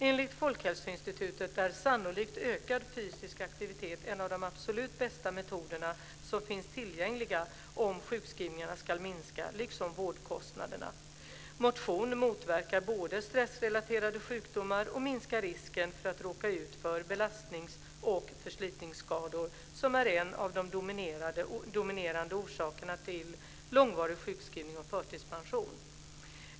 Enligt Folkhälsoinstitutet är sannolikt ökad fysisk aktivitet en av de absolut bästa metoderna som finns tillgängliga om sjukskrivningarna ska minska liksom vårdkostnaderna. Motion motverkar både stressrelaterade sjukdomar och minskar risken för att råka ut för belastningsoch förslitningsskador, som är en av de dominerande orsakerna till långvarig sjukskrivning och förtidspension.